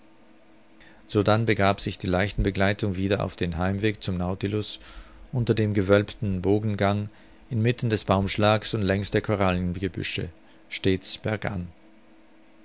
sodann begab sich die leichenbegleitung wieder auf den heimweg zum nautilus unter dem gewölbten bogengang inmitten des baumschlags und längs der korallengebüsche stets bergan